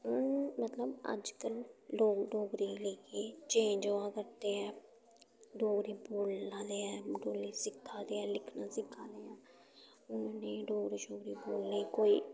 हून मतलब अजकल्ल लोक डोगरी गी लेइयै चेंज होआ करदे ऐ डोगरी बोल्ला दे ऐ डोगरी सिक्खा दे ऐ लिखना सिक्खा दे ऐ हून उ'नें गी डोगरी शोगरी बोलने च कोई